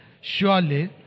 Surely